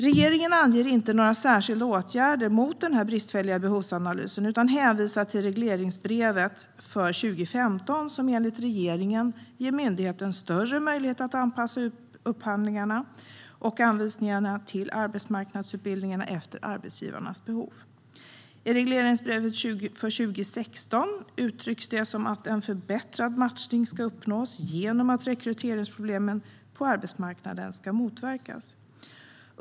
Regeringen anger inte några särskilda åtgärder mot den bristfälliga behovsanalysen utan hänvisar till regleringsbrevet för 2015, som enligt regeringen ger myndigheten större möjlighet att anpassa upphandlingarna och anvisningarna till arbetsmarknadsutbildningarna efter arbetsgivarnas behov. I regleringsbrevet för 2016 uttrycks det som att en förbättrad matchning ska uppnås genom att rekryteringsproblemen på arbetsmarknaden ska motverkas.